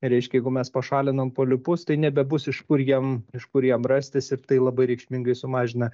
reiškia jeigu mes pašalinam polipus tai nebebus iš kur jam iš kur jam rastis ir tai labai reikšmingai sumažina